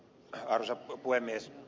arvoisa puhemies